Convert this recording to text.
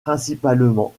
principalement